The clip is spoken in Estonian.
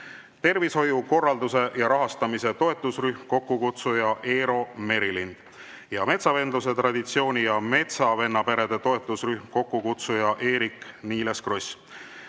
tervishoiu korralduse ja rahastamise toetusrühm, kokkukutsuja Eero Merilind; ja metsavendluse traditsiooni ja metsavennaperede toetusrühm, kokkukutsuja Eerik-Niiles Kross.